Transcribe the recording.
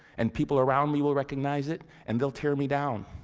and people around me will recognize it and they'll tear me down,